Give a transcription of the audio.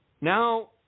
Now